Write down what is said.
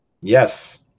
Yes